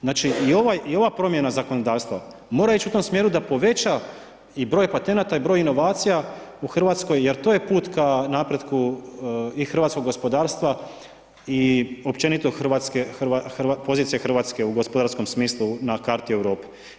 Znači i ova promjena zakonodavstva mora ići u tom smjeru da poveća i broj patenta i broj inovacija u Hrvatskoj, jer to je put ka napretku i hrvatskog gospodarstva i općenito pozicije hrvatske u gospodarskom smislu, na kratki Europe.